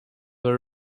were